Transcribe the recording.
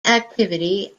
activity